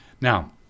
Now